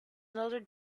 another